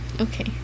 Okay